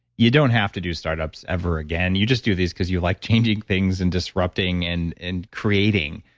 you don't have to do startups ever again. you just do these because you like changing things and disrupting and and creating.